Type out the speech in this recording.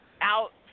out